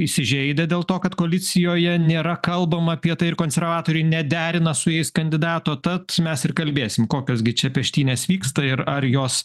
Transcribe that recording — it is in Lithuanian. įsižeidę dėl to kad koalicijoje nėra kalbama apie tai ir konservatoriai nederina su jais kandidato tad mes ir kalbėsim kokios gi čia peštynės vyksta ir ar jos